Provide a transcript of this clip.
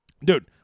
Dude